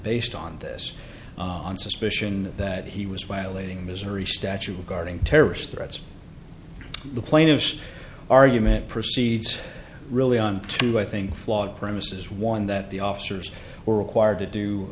based on this on suspicion that he was violating misery statute regarding terrorist threats the plaintiff's argument proceeds really on two i think flawed premises one that the officers were required to